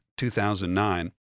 2009